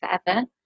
forever